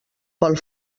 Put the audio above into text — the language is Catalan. pel